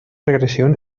regresión